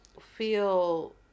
feel